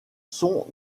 sont